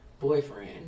boyfriend